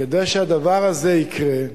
כדי שהדבר הזה יקרה,